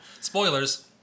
spoilers